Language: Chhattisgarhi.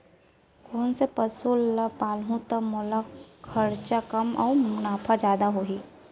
कोन से पसु ला पालहूँ त मोला खरचा कम अऊ मुनाफा जादा होही?